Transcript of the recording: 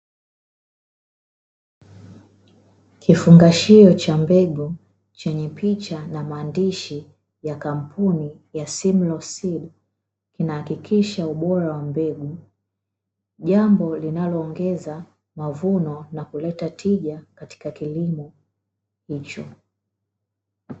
Ndani ya chumba cha dactari kuna mgonjwa amelazwa huku akiwa dactari ameingiza kifaa ndani ya kinywa chake ili kuling’oa jino ambalo tayari limepata madhara lisiendelee kuadhiri mengine